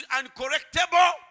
uncorrectable